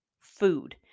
Food